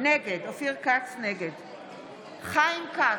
נגד חיים כץ,